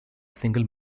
single